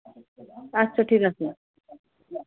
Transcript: আচ্ছা ঠিক আছে